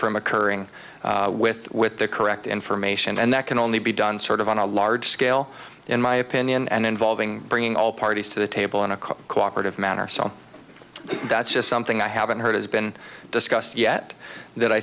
from occurring with with the correct information and that can only be done sort of on a large scale in my opinion and involving bringing all parties to the table in a calm cooperative manner so that's just something i haven't heard has been discussed yet that i